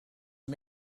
and